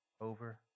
over